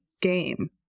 game